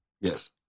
Yes